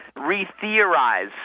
re-theorize